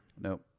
Nope